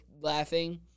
laughing